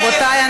רבותי,